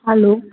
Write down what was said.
hello